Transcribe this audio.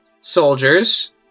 soldiers